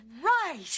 right